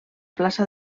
plaça